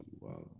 Wow